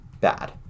bad